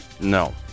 No